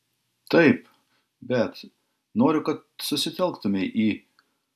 taip bet noriu kad susitelktumei į